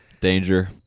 Danger